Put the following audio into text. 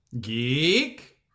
Geek